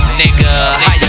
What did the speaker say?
nigga